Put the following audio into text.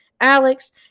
Alex